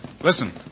Listen